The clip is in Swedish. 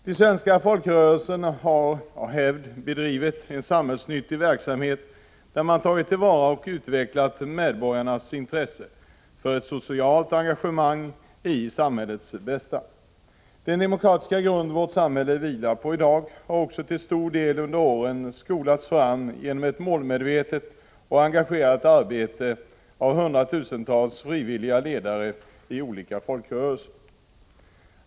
De svenska folkrörelserna har av hävd bedrivit en samhällsnyttig verksamhet där man tagit till vara och utvecklat medborgarnas intresse för ett socialt engagemang till samhällets bästa. Den demokratiska grund vårt samhälle vilar på i dag har också till stor del under åren skolats fram genom ett målmedvetet och engagerat arbete av hundratusentals frivilliga ledare i olika folkrörelser.